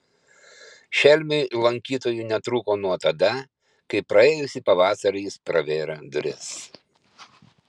šelmiui lankytojų netrūko nuo tada kai praėjusį pavasarį jis pravėrė duris